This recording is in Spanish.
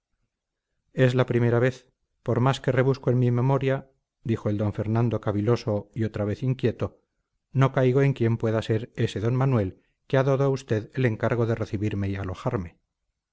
es la primera vez por más que rebusco en mi memoria dijo el d fernando caviloso y otra vez inquieto no caigo en quién pueda ser ese d manuel que ha dado a usted el encargo de recibirme y alojarme d